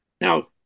Now